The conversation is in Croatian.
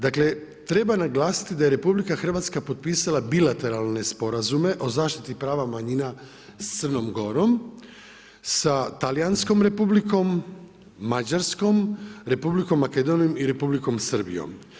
Dakle, treba naglasiti da je RH potpisala bilateralne sporazume o zaštiti prava manjina s Crnom Gorom, sa Talijanskom republikom, Mađarskom, Republikom Makedonijom i Republikom Srbijom.